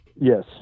Yes